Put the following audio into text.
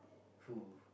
who